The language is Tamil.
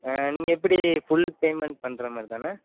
நீங்கள் எப்படி ஃபுல் பேமெண்ட் பண்ணுற மாதிரி தானே